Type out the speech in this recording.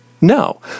No